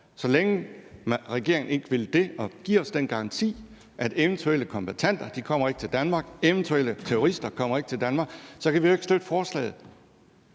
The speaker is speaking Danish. Så længe regeringen ikke vil det og ikke vil give os den garanti, at eventuelle kombattanter ikke kommer til Danmark, og at eventuelle terrorister ikke kommer til Danmark, så kan vi ikke støtte forslaget.